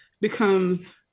becomes